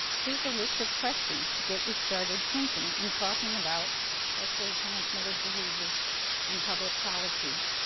here's a list of questions to get you started thinking and talking about sexually transmitted diseases and public policy.